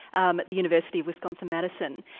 um at the university of wisconsin, madison.